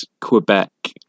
Quebec